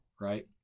Right